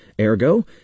Ergo